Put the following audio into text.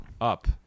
up